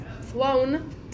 flown